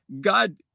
God